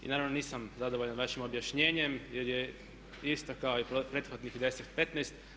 I naravno nisam zadovoljan vašim objašnjenjem jer je isto kao i prethodnih 10, 15.